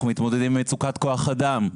למשל, אנחנו מתמודדים עם מצוקת כוח אדם.